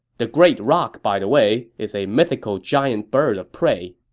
the great roc, by the way, is a mythical giant bird of prey